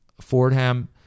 Fordham